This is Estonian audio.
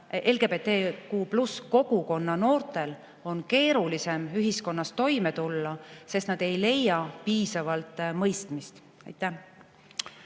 LGBTQ+ kogukonna noortel on keerulisem ühiskonnas toime tulla, sest nad ei leia piisavalt mõistmist. Aitäh